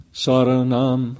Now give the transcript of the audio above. saranam